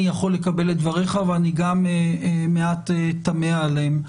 יכול לקבל את דבריך ואני גם מעט תמה עליהם.